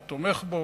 או תומך בו,